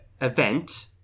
event